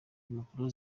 impapuro